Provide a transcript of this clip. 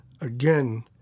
again